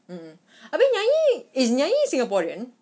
mm habis nyai is nyai singaporean